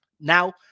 Now